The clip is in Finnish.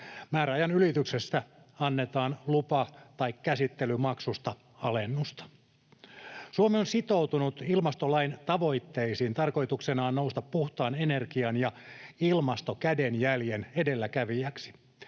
Määräajan ylityksestä annetaan lupa- tai käsittelymaksusta alennusta. Suomi on sitoutunut ilmastolain tavoitteisiin tarkoituksenaan nousta puhtaan energian ja ilmastokädenjäljen edelläkävijäksi.